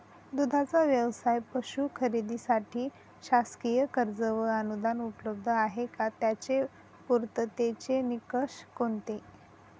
दूधाचा व्यवसायास पशू खरेदीसाठी शासकीय कर्ज व अनुदान उपलब्ध आहे का? त्याचे पूर्ततेचे निकष कोणते?